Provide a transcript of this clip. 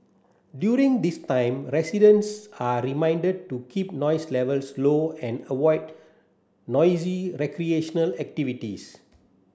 during this time residents are reminded to keep noise levels low and avoid noisy recreational activities